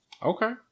Okay